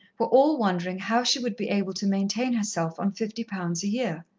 were all wondering how she would be able to maintain herself on fifty pounds a year.